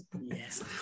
Yes